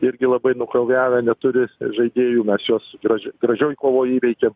irgi labai nukraujavę neturi žaidėjų mes juos graž gražioj kovoj įveikėm